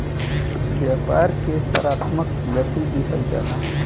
व्यापार के सकारात्मक गति दिहल जाला